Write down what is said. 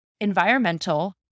environmental